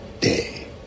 day